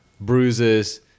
bruises